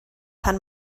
pan